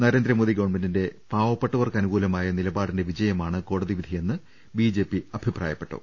നരേന്ദ്രമോദി ഗവൺമെന്റിന്റെ പാവപ്പെട്ടവർക്ക് അനുകൂലമായ നിലപാടിന്റെ വിജയമാണ് കോടതി വിധിയെന്ന് ബിജെപി അഭിപ്രായപ്പെട്ടു